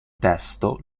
testo